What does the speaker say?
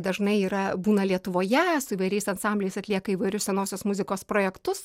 dažnai yra būna lietuvoje su įvairiais ansambliais atlieka įvairius senosios muzikos projektus